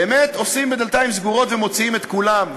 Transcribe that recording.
באמת דנים בדלתיים סגורות ומוציאים את כולם.